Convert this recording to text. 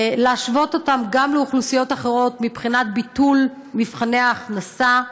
ולהשוות אותם לאוכלוסיות אחרות מבחינת ביטול מבחני ההכנסה,